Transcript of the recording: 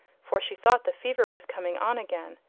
for she thought the fever was coming on again.